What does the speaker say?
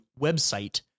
website